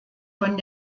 von